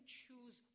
choose